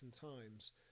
times